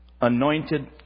anointed